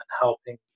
helping